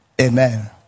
Amen